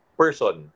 person